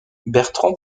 bertrand